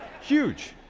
Huge